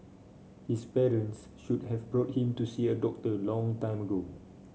his parents should have brought him to see a doctor a long time ago